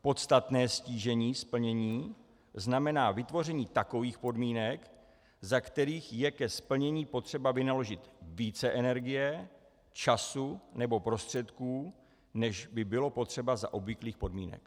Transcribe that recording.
Podstatné ztížení splnění znamená vytvoření takových podmínek, za kterých je ke splnění potřeba vynaložit více energie, času nebo prostředků, než by bylo potřeba za obvyklých podmínek.